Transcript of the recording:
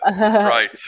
right